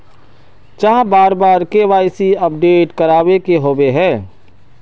चाँह बार बार के.वाई.सी अपडेट करावे के होबे है?